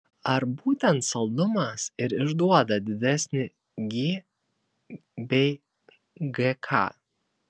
ar būtent saldumas ir išduoda didesnį gi bei gk